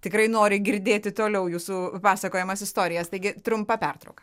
tikrai nori girdėti toliau jūsų pasakojamas istorijas taigi trumpa pertrauka